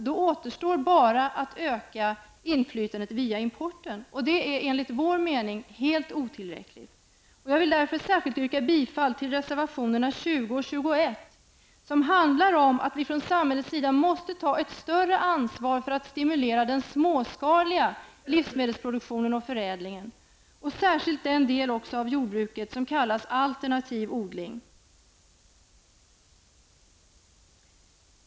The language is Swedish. Då återstår bara att öka inflytandet via importen, och det är enligt vår mening helt otillräckligt. Jag yrkar därför särskilt bifall till reservationerna 20 och 21, som går ut på att samhället måste ta ett större ansvar för att stimulera den småskaliga livsmedelsproduktionen och förädlingen. Särskilt gäller det den del av jordbruket som kallas för alternativ odling.